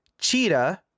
Cheetah